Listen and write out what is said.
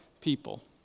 people